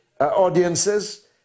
audiences